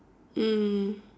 mm